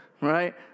right